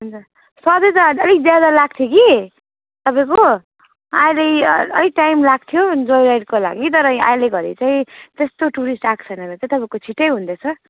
हुन्छ सधैँ त अलिक ज्यादा लाग्थ्यो कि तपाईँको अहिले अलिक टाइम लाग्थ्यो जय राइडको लागि तर अहिले घडी चाहिँ त्यस्तो टुरिस्ट आएको छैन र चाहिँ तपाईँको छिट्टै हुँदैछ